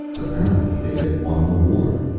apparently they had won the war.